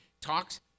talks